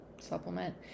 supplement